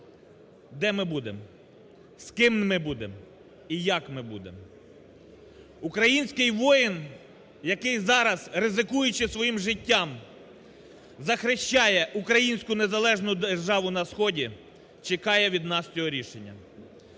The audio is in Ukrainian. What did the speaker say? де ми будем, з ким ми будем і як ми будем. Український воїн, який зараз, ризикуючи своїм життям, захищає Українську незалежну державу на Сході, чекає від нас цього рішення.